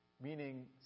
meaning